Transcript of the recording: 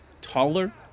taller